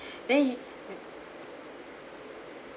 then he